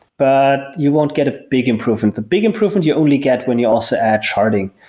but you won't get a big improvement. the big improvement you only get when you also add sharding,